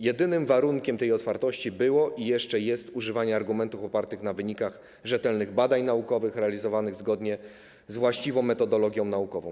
Jedynym warunkiem tej otwartości było i jeszcze jest używanie argumentów opartych na wynikach rzetelnych badań naukowych, realizowanych zgodnie z właściwą metodologią naukową.